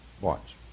Watch